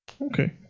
Okay